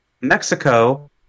Mexico